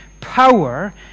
power